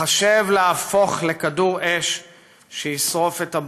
מחשב להפוך לכדור אש שישרוף את הבית.